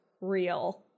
real